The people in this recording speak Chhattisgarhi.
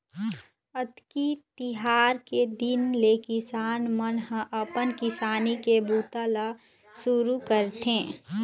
अक्ती तिहार के दिन ले किसान मन ह अपन किसानी के बूता ल सुरू करथे